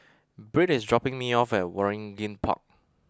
Britt is dropping me off at Waringin Park